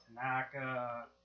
tanaka